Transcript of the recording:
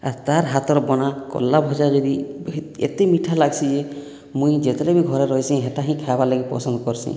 ଆର୍ ତା'ର ହାତର ବନା କଲରା ଭଜା ଯଦି ଏତେ ମିଠା ଲାଗ୍ସି ଯେ ମୁଁ ଯେତେବେଳେ ବି ଘରେ ରହିସି ସେଇଟା ହିଁ ଖାଇବାର ଲାଗି ପସନ୍ଦ କର୍ସି